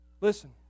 Listen